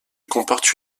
comporte